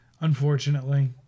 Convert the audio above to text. Unfortunately